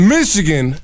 Michigan